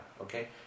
okay